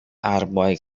arboj